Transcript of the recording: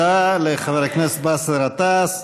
כל חיילי צה"ל, תודה לחבר הכנסת באסל גטאס.